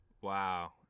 Wow